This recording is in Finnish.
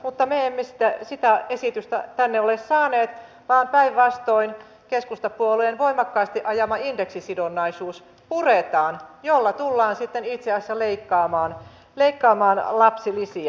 mutta me emme sitä esitystä tänne ole saaneet vaan päinvastoin keskustapuolueen voimakkaasti ajama indeksisidonnaisuus puretaan jolla tullaan sitten itse asiassa leikkaamaan lapsilisiä